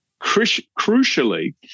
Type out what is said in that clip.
crucially